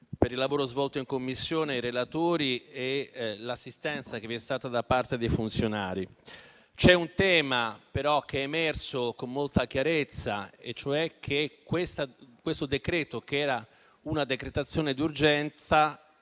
per il lavoro svolto in Commissione i relatori e l'assistenza che vi è stata da parte dei funzionari. C'è un tema però che è emerso con molta chiarezza: questo provvedimento, che era una decretazione d'urgenza,